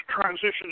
transition